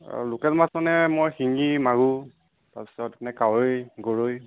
local মাছ মানে মই শিঙি মাগুৰ তাৰ পিছত এনে কাৱৈ গৰৈ